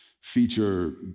feature